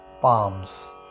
palms